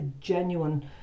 genuine